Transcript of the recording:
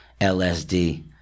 LSD